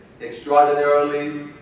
extraordinarily